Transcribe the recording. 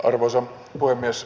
arvoisa puhemies